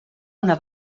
una